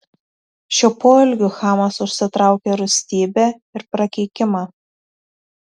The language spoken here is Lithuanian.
šiuo poelgiu chamas užsitraukė rūstybę ir prakeikimą